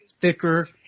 thicker